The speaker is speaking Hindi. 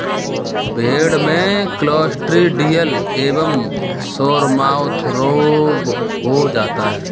भेड़ में क्लॉस्ट्रिडियल एवं सोरमाउथ रोग हो जाता है